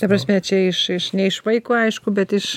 ta prasme čia iš iš ne iš vaiko aišku bet iš